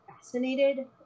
fascinated